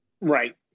Right